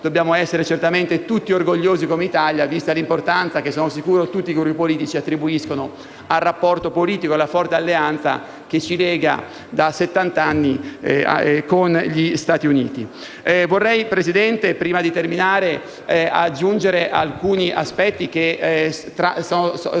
dobbiamo essere certamente tutti orgogliosi, come Italia, vista l'importanza che, ne sono sicuro, tutti i Gruppi politici attribuiscono al rapporto politico e alla forte alleanza che ci lega da settant'anni con gli Stati Uniti. Signor Presidente, prima di terminare vorrei aggiungere alcuni aspetti che sono relativi,